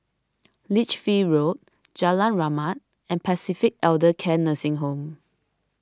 Lichfield Road Jalan Rahmat and Pacific Elder Care Nursing Home